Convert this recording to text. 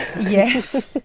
Yes